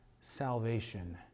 salvation